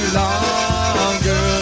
longer